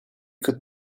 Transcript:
would